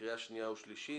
בקריאה שנייה ושלישית.